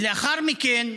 לאחר מכן,